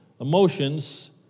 emotions